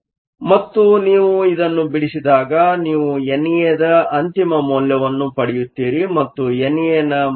ಮತ್ತು ನೀವು ಇದನ್ನು ಬಿಡಿಸಿದಾಗ ನೀವು ಎನ್ ಎ ದ ಅಂತಿಮ ಮೌಲ್ಯವನ್ನು ಪಡೆಯುತ್ತೀರಿ ಮತ್ತು ಎನ್ ಎ ನ ಮೌಲ್ಯವು 3